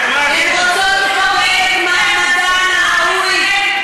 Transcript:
אבדות גבוהות פי-כמה: למעלה מ-2,200 הרוגים,